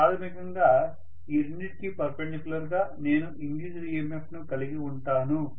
ప్రాథమికంగా ఈ రెండింటికీ పర్పెండక్యులర్ గా నేను ఇండ్యూస్డ్ EMF ను కలిగి ఉంటాను